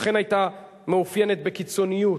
אכן היתה מאופיינת בקיצוניות,